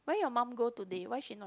why your mum go today why she not